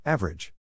Average